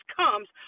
comes